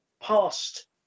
past